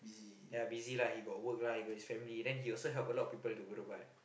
yeah busy lah he got work lah he got his family then he also help a lot of people to berubat